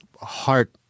heart